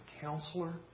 Counselor